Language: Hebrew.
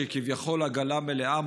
שהיא כביכול עגלה מלאה,